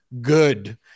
good